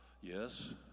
Yes